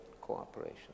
cooperation